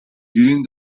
гэрийн